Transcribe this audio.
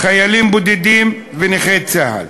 חיילים בודדים ונכי צה"ל.